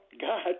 God